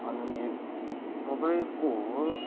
अनि तपाईँको